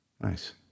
Nice